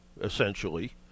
essentially